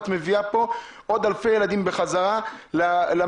את מביאה פה עוד אלפי ילדים בחזרה למעונות,